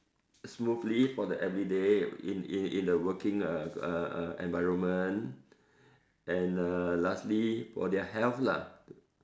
smoothly for the everyday in in in the working uh uh uh environment and uh lastly for their health lah